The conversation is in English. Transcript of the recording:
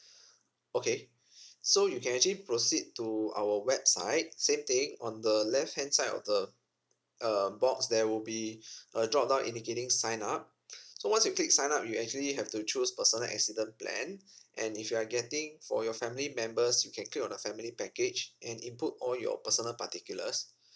okay so you can actually proceed to our website same thing on the left hand side of the um box there will be a drop down indicating sign up so once you click sign up you actually have to choose personal accident plan and if you are getting for your family members you can click on the family package and input all your personal particulars